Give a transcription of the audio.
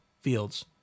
fields